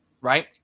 Right